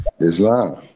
Islam